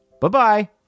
Bye-bye